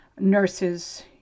nurses